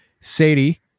Sadie